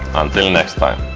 until next time!